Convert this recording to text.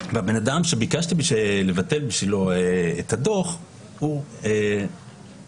והבן אדם שביקשתי לבטל בשבילו את הדוח הוא חולה,